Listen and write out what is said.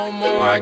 more